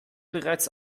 bereits